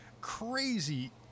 crazy